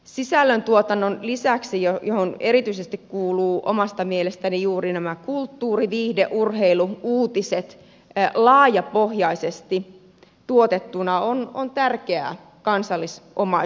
sisällön tuotannon lisäksi jo on sisällöntuotannossa ovat omasta mielestäni erityisesti juuri kulttuuri viihde urheilu uutiset laajapohjaisesti tuotettuna tärkeää kansallisomaisuuttamme